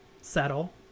settle